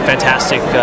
fantastic